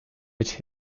mit